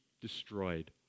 destroyed